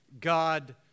God